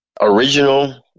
original